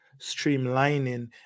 streamlining